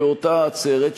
באותה עצרת,